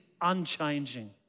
unchanging